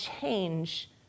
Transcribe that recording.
change